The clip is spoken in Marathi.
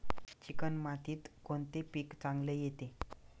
चिकण मातीत कोणते पीक चांगले येते?